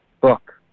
book